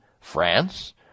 France